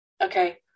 Okay